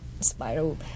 spiral